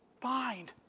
find